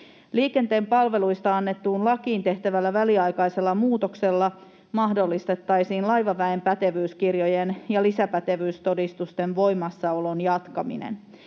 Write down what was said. Liikenteen palveluista annettuun lakiin tehtävällä väliaikaisella muutoksella mahdollistettaisiin laivaväen pätevyyskirjojen ja lisäpätevyystodistusten voimassaolon jatkaminen.